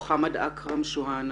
מוחמד אכרם שואהנה